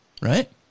right